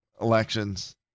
elections